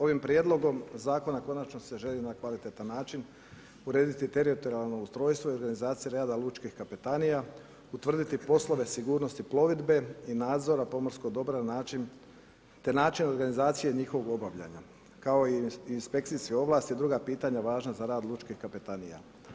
Ovim prijedlogom zakona konačno se želi na kvalitetan način urediti teritorijalno ustrojstvo i organizacija rada lučkih kapetanija, utvrditi poslove sigurnosti plovidbe i nadzora pomorskog dobra te način organizacije njihovog obavljanja kao i inspekcijske ovlasti i druga pitanja važnih za rad lučkih kapetanija.